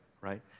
right